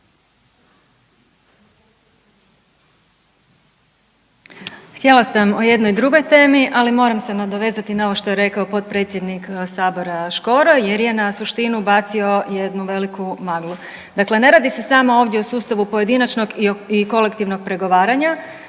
Htjela sam o jednoj drugoj temi, ali moram se nadovezati na ovo što je rekao potpredsjednik sabora Škoro jer je na suštinu bacio jednu veliku maglu. Dakle, ne radi se samo ovdje o sustavu pojedinačnog i kolektivnog pregovaranja